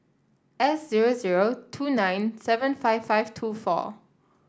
six zero zero two nine seven five five two four